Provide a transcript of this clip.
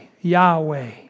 Yahweh